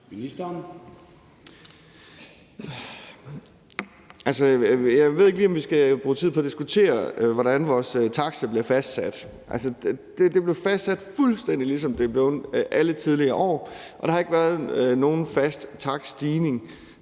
Jeg ved ikke lige, om vi skal bruge tid på at diskutere, hvordan vores takster bliver fastsat. De er blevet fastsat, fuldstændig ligesom de er blevet fastsat alle de tidligere år, og der har ikke været nogen fast takststigning.